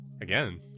Again